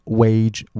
wage